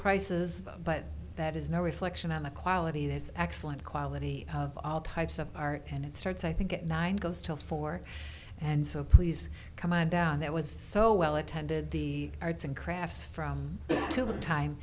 prices but that is no reflection on the quality is excellent quality of all types of art and it starts i think it nine goes to four and so please come on down that was so well attended the arts and crafts from